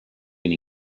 been